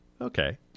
okay